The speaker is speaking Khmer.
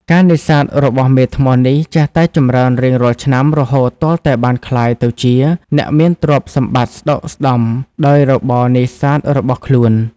ការនេសាទ របស់មេធ្នស់នេះ ចេះតែចម្រើនរៀងរាល់ឆ្នាំ រហូតទាល់តែបានក្លាយទៅជាអ្នកមានទ្រព្យសម្បត្តិស្តុកស្តម្ភ ដោយរបរនេសាទរបស់ខ្លួន។